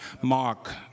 Mark